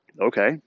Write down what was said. okay